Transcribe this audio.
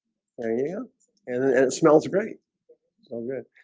oh yeah, and it smells great so good,